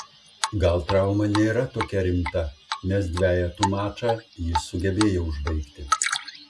gal trauma nėra tokia rimta nes dvejetų mačą jis sugebėjo užbaigti